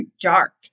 dark